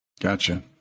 Gotcha